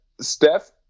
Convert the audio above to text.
Steph